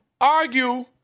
argue